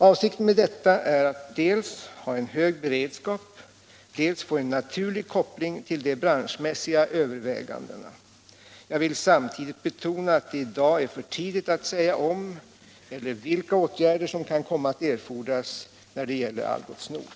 Avsikten med detta är att dels ha en hög beredskap, dels få en naturlig koppling till de branschmässiga övervägandena. Jag vill samtidigt betona att det i dag är för tidigt att säga om eller vilka åtgärder som kan komma att erfordras när det gäller Algots Nord.